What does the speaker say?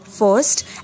First